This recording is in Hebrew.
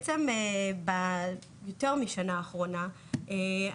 בשנה האחרונה ויותר,